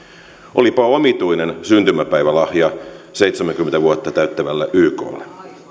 olipa omituinen syntymäpäivälahja seitsemänkymmentä vuotta täyttävälle yklle